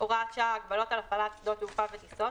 (הוראת שעה)(הגבלות על הפעלת שדות תעופה וטיסות),